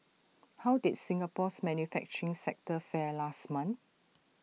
how did Singapore's manufacturing sector fare last month